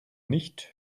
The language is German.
nicht